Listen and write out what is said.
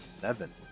seven